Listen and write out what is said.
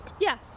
Yes